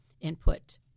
input